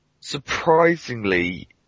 surprisingly